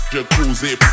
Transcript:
Jacuzzi